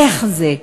איך זה,